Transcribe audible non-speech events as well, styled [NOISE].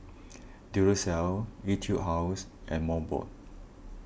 [NOISE] Duracell Etude House and Mobot